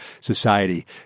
society